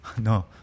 No